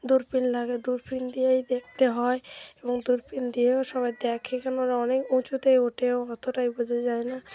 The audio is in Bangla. দূরবিন লাগে দূরবিন দিয়েই দেখতে হয় এবং দূরবিন দিয়েও সবাই দেখে কেননা অনেক উঁচুতে ওঠেও অতটাই বোঝা যায় না